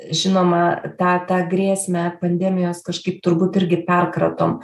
žinoma tą tą grėsmę pandemijos kažkaip turbūt irgi perkratom